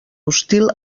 hostil